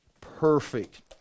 perfect